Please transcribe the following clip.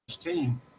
team